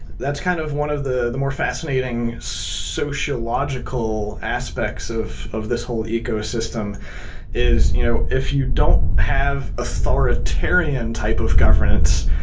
that's kind of one of the the more fascinating sociological aspects of of this whole ecosystem is you know if you don't have authoritarian type of governance,